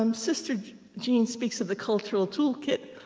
um sister jean speaks of the cultural toolkit.